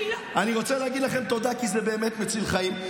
אני רוצה להגיד לכם תודה, כי זה באמת מציל חיים.